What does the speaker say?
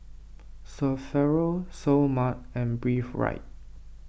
Sephora Seoul Mart and Breathe Right